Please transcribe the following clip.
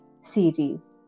series